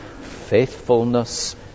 faithfulness